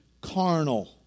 carnal